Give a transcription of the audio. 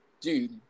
Dude